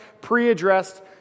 pre-addressed